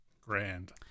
Grand